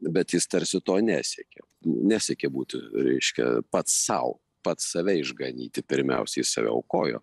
bet jis tarsi to nesiekė nesiekė būt reiškia pats sau pats save išganyti pirmiausiai save aukojo